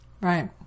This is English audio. Right